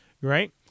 right